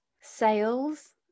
sales